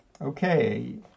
Okay